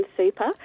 Super